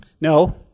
No